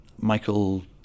Michael